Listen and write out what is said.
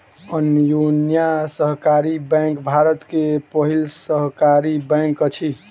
अन्योन्या सहकारी बैंक भारत के पहिल सहकारी बैंक अछि